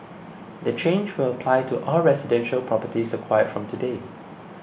the change will apply to all residential properties acquired from today